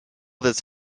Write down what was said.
this